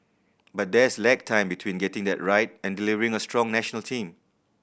but there's lag time between getting that right and delivering a strong national team